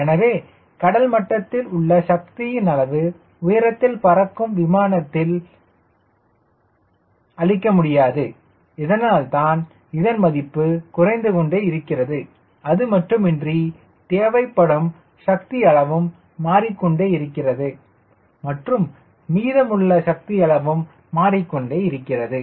எனவே கடல் மட்டத்தில் உள்ள சக்தியின் அளவு உயரத்தில் பறக்கும் விமானத்தில் அளிக்கமுடியாது இதனால்தான் இதன் மதிப்பு குறைந்துகொண்டே இருக்கிறது அதுமட்டுமின்றி தேவைப்படும் சக்தி அளவும் மாறிக்கொண்டே இருக்கிறது மற்றும் மீதம் உள்ள சக்தி அளவும் மாறிக்கொண்டே இருக்கிறது